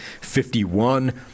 51